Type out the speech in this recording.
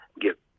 get